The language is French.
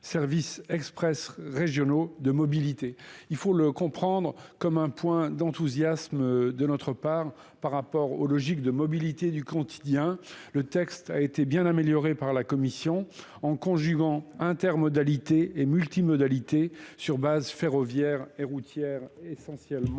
services express régionaux de mobilité. Il faut le comprendre comme un point d'enthousiasme de notre part par rapport aux logiques de mobilité du quotidien. Le texte a été bien amélioré par la Commission en conjuguant intermodalité et multimodalité sur base ferroviaire et routière essentiellement